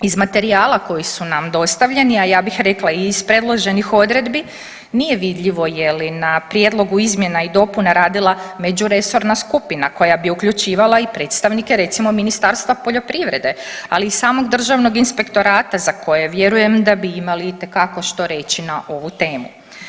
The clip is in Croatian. Iz materijala koji su nam dostavljeni, a ja bih rekla i iz predloženih odredbi nije vidljivo je li na prijedlogu izmjena i dopuna radila međuresorna skupina koja bi uključivala i predstavnike recimo Ministarstva poljoprivrede, ali i samog državnog inspektorata za koje vjerujem da bi imali itekako što reći na ovu temu.